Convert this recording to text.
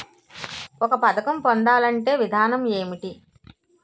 ఒక పథకం పొందాలంటే విధానం ఏంటి?